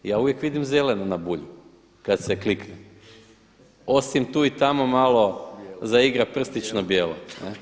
Ja uvijek vidim zeleno na Bulju kada se klikne, osim tu i tamo malo zaigra prstić na bijelo.